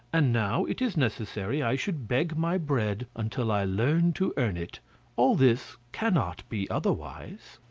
and now it is necessary i should beg my bread until i learn to earn it all this cannot be otherwise.